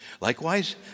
likewise